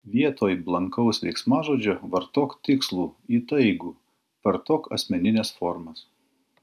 vietoj blankaus veiksmažodžio vartok tikslų įtaigų vartok asmenines formas